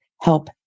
Help